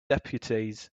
deputies